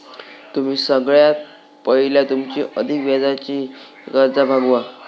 तुम्ही सगळ्यात पयला तुमची अधिक व्याजाची कर्जा भागवा